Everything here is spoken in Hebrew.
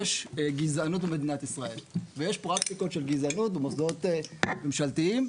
יש גזענות במדינת ישראל ויש פרקטיקות של גזענות במוסדות ממשלתיים.